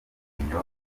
binyobwa